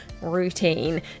routine